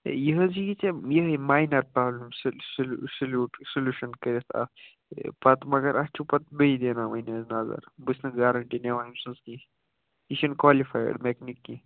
ہے یہِ حظ یِیی ژےٚ یِہٕے مایِنَر پرابلِم سلوٗشَن کٔرِتھ اَتھ پَتہٕ مگر اَتھ چھو پتہٕ بیٚیہِ دیاناوٕنۍ نظر بہٕ چھُس نہٕ گارنٹی دِوان أمۍ سٕنٛز کیٚنہہ یہِ چھنہٕ کالِفایِڈ میکنِک کیٚنہہ